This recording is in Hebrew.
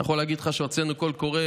אני יכול להגיד לך שהוצאנו קול קורא